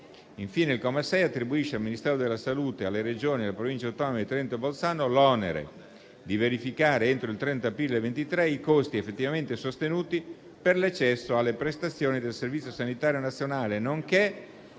Infine, il comma 6 attribuisce al Ministero della salute, alle Regioni e alle Province autonome di Trento e Bolzano l'onere di verificare, entro il 30 aprile 2023, i costi effettivamente sostenuti per l'accesso alle prestazioni del Servizio sanitario nazionale, nonché